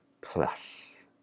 plus